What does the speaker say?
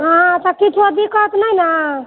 हँ तऽ किछु दिक्कत नहि न